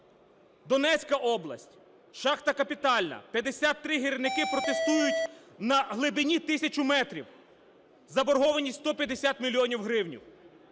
Донецька область, шахта "Капітальна", 53 гірники протестують на глибині тисячі метрів. Заборгованість – 150 мільйонів гривень.